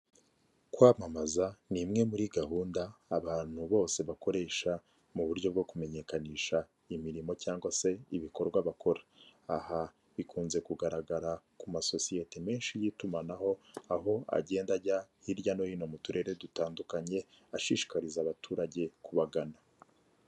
Kwamamaza ni imwe muri gahunda abantu bose bakoresha mu buryo bwo kumenyekanisha imirimo cyangwa se ibikorwa bakora, aha bikunze kugaragara ku masosiyete menshi y'itumanaho, aho agenda ajya hirya no hino mu turere dutandukanye ashishikariza abaturage kubagana.